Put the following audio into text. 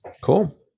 Cool